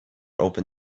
open